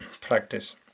practice